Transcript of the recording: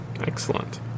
Excellent